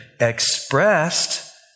expressed